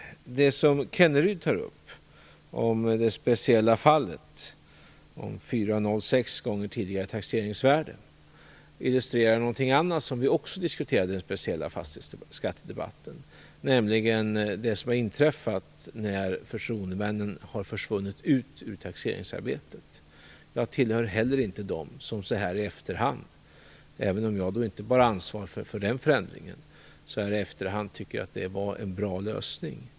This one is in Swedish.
Rolf Kenneryd tar upp ett speciellt fall om 4,06 gånger tidigare taxeringsvärde. Det illustrerar något annat som vi också diskuterade i den speciella fastighetsskattedebatten, nämligen det som har inträffat när förtroendemännen har försvunnit ut ur taxeringsarbetet. Jag tillhör inte heller dem som så här i efterhand, även om jag inte bar ansvar för den förändringen, tycker att det var en bra lösning.